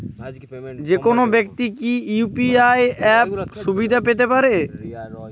যেকোনো ব্যাক্তি কি ইউ.পি.আই অ্যাপ সুবিধা পেতে পারে?